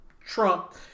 Trump